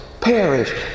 perish